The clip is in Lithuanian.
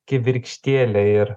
kibirkštėlę ir